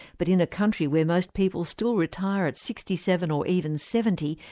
but in a country where most people still retire at sixty seven or even seventy,